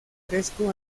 fresco